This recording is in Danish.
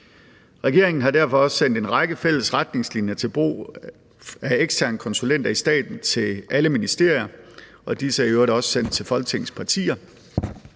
Regeringen har derfor også sendt en række fælles retningslinjer for brug af eksterne konsulenter i staten til alle ministerier, og disse er i øvrigt også sendt til Folketingets partier.